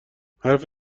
حرف